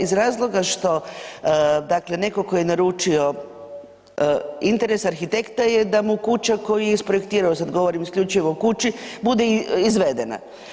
Iz razloga što, dakle netko tko je naručio, interes arhitekta je da mu kuća, koju je isprojektirao, sad govorim isključivo o kući, bude izvedena.